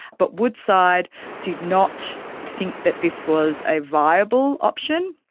but woodside did not think that this was a viable option,